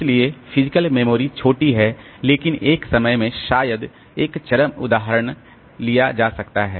इसलिए physical memory छोटी है लेकिन एक समय में शायद एक चरम उदाहरण लिया जा सकता है